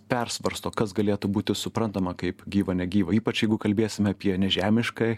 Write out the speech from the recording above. persvarsto kas galėtų būti suprantama kaip gyva negyva ypač jeigu kalbėsime apie nežemišką